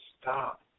stop